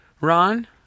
Ron